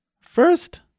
First